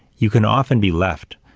you can often be left,